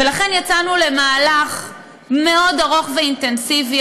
ולכן יצאנו למהלך מאוד ארוך ואינטנסיבי.